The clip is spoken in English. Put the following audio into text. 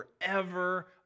forever